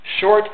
Short